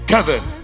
Kevin